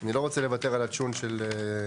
אני לא רוצה לוותר על הצ'ולנט של קינלי.